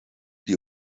die